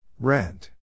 Rent